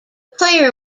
player